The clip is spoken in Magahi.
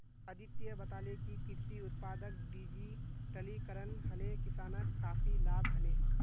अदित्य बताले कि कृषि उत्पादक डिजिटलीकरण हले किसानक काफी लाभ हले